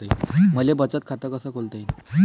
मले बचत खाते कसं खोलता येईन?